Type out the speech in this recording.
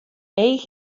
each